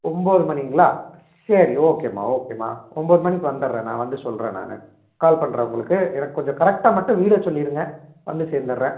ஒம்பது மணிங்களா சரி ஓகேமா ஓகேமா ஒம்பது மணிக்கு வந்துடுறேன் நான் வந்து சொல்கிறேன் நான் கால் பண்ணுறேன் உங்களுக்கு எனக்கு கொஞ்சம் கரெக்ட்டாக மட்டும் வீடை சொல்லிடுங்க வந்து சேர்ந்துர்றேன்